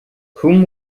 whom